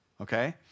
okay